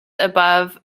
above